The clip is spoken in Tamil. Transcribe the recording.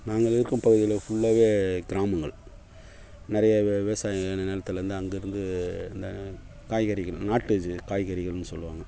நாங்கள் இருக்கும் பகுதியில் ஃபுல்லாகவே கிராமங்கள் நிறையா விவசாய நிலத்துலேந்து அங்கேருந்து இந்த காய்கறிகள் நாட்டு காய்கறிகள்னு சொல்லுவாங்க